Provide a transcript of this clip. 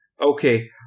Okay